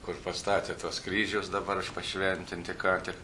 kur pastatė tuos kryžius dabar aš pašventinti ką tik